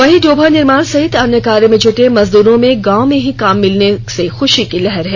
वहीं डोभा निर्माण सहित अन्य कार्य में जूटे मजदूरों में गांव में ही काम मिलने से खुशी की लहर है